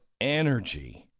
energy